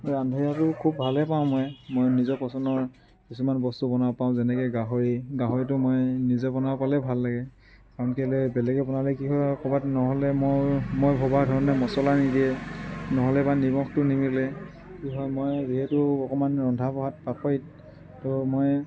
ৰান্ধে আৰু খুব ভালেই পাওঁ মই মই নিজৰ পচন্দৰ কিছুমান বস্তু বনাব পাৰোঁ যেনেকৈ গাহৰি গাহৰিটো মই নিজে বনাব পালে ভাল লাগে কাৰণ কেলে বেলেগে বনালে কি হয় ক'ৰবাত নহ'লে মই মই ভবাৰ ধৰণে মচলা নিদিয়ে নহ'লে বা নিমখটো নিমিলে কি হয় মই যিহেতু অকণমান ৰন্ধা বঢ়াত পাকৈত ত' মই